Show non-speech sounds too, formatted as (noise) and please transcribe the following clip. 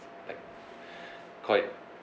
like (breath) quite